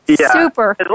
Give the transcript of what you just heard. Super